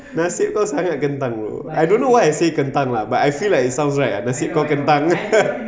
nasib kau sangat kentang bro I don't know why I say kentang ah but I feel like it sounds right nasib kau kentang